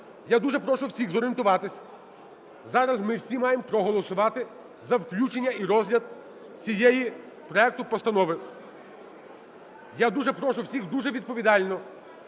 Я дуже прошу всіх зорієнтуватися, зараз ми всі маємо проголосувати за включення і розгляд цієї… проекту постанови. Я прошу всіх дуже відповідально!